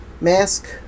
mask